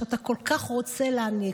שאתה כל כך רוצה להעניק,